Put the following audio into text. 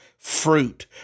fruit